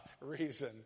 reason